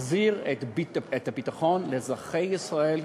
נחזיר את הביטחון לאזרחי ישראל,